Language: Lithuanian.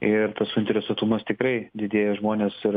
ir tas suinteresuotumas tikrai didėja žmonės ir